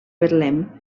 betlem